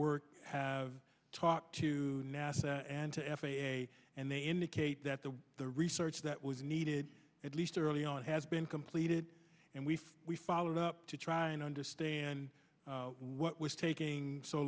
work have talked to nasa and to f a a and they indicate that the research that was needed at least early on has been completed and we we followed up to try and understand what was taking so